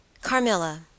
Carmilla